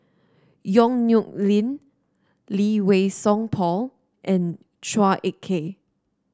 Yong Nyuk Lin Lee Wei Song Paul and Chua Ek Kay